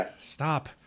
stop